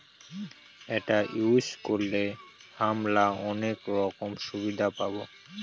এটা ইউজ করে হামরা অনেক রকম সুবিধা পাবো